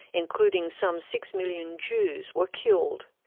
including some six million jews, were killed.